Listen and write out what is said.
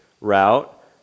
route